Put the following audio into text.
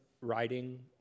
writing